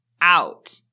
out